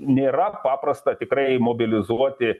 nėra paprasta tikrai mobilizuoti